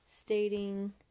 stating